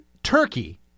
Turkey